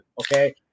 okay